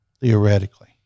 theoretically